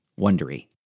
wondery